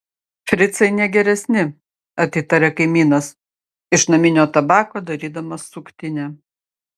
fricai ne geresni atitaria kaimynas iš naminio tabako darydamas suktinę